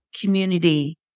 community